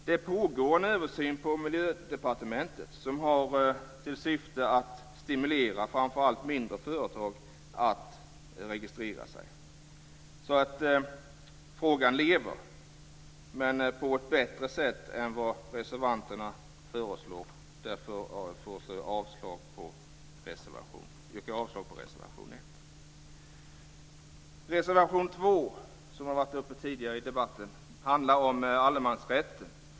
Det pågår en översyn på Miljödepartementet som har till syfte att stimulera framför allt mindre företag att registrera sig, så frågan lever men på ett bättre sätt än vad reservanterna föreslår. Därför yrkar jag avslag på reservation 1. Reservation 2, som har varit uppe i debatten tidigare, handlar om allemansrätten.